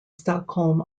stockholm